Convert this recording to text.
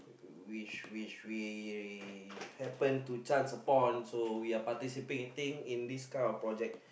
which which we happen to chance upon so we are participating in this kind of project